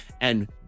and-